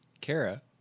Kara